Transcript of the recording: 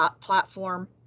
platform